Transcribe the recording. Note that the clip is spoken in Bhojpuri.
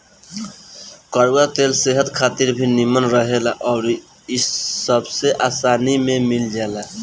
कड़ुआ तेल सेहत खातिर भी निमन रहेला अउरी इ सबसे आसानी में मिल जाला